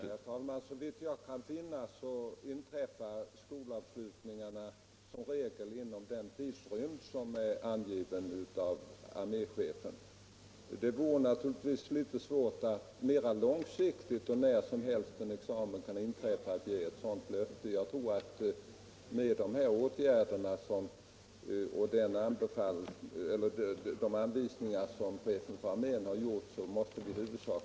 Herr talman! Såvitt jag kan finna inträffar skolavslutningarna som regel inom den tidrymd som är angiven av arméchefen. Det vore naturligtvis litet svårt att ge ett sådant löfte mer långsiktigt som skulle gälla vilken dag som helst då examen kan inträffa. Jag tror att vi med de här åtgärderna och anvisningarna från chefen för armén har löst problemet i huvudsak.